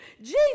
Jesus